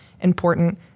important